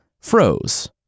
froze